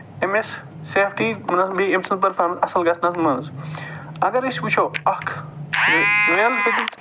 أمِس سٮ۪فٹی بیٚیہِ أمۍ سٔنز بیٚیہِ اَصٕل گژھنَس منٛز اَگر أسۍ وُچھو اکھ